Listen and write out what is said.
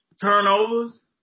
Turnovers